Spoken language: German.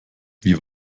wie